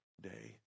day